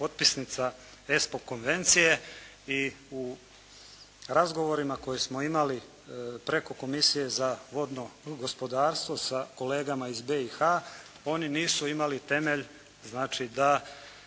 potpisnica ESPO Konvencije. I u razgovorima koje smo imali preko Komisije za vodno gospodarstvo sa kolegama BiH, oni nisu imali temelj znači da